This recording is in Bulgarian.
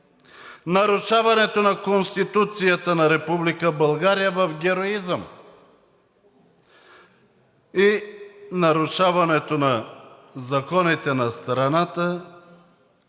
нарушаването на Конституцията на Република България в героизъм и нарушаването на законите на страната